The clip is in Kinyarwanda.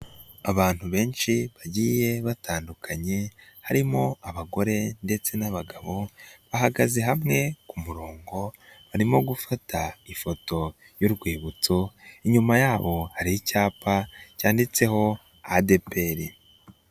Abantu benshi bagiye batandukanye harimo abagore ndetse n'abagabo bahagaze hamwe ku murongo barimo gufata ifoto y'urwibutso, inyuma yabo hari icyapa yanditseho ADEPR.